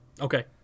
Okay